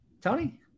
Tony